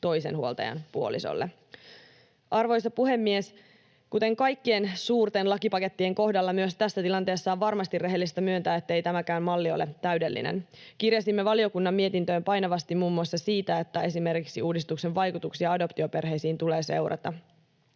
toisen huoltajan puolisolle. Arvoisa puhemies! Kuten kaikkien suurten lakipakettien kohdalla, myös tässä tilanteessa on varmasti rehellistä myöntää, ettei tämäkään malli ole täydellinen. Kirjasimme valiokunnan mietintöön painavasti muun muassa siitä, että esimerkiksi uudistuksen vaikutuksia adoptioperheisiin tulee seurata.